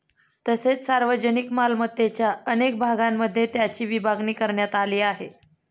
तसेच सार्वजनिक मालमत्तेच्या अनेक भागांमध्ये त्याची विभागणी करण्यात आली आहे